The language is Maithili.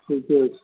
ठिके छै